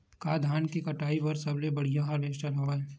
का धान के कटाई बर सबले बढ़िया हारवेस्टर हवय?